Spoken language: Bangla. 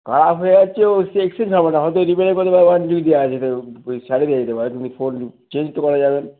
হচ্ছে ও এক্সচেঞ্জ হবে না হয়তো রিপেয়ার করে দেওয়া যেতে ওই সাড়িয়ে দেওয়া যেতে পারে কিন্তু ফোন চেঞ্জ তো করা যাবে না